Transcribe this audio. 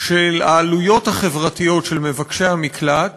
של העלויות החברתיות של מבקשי המקלט